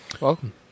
Welcome